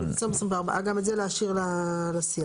גם את זה להשאיר לשיח.